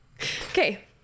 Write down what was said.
Okay